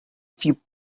few